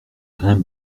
grains